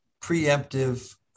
preemptive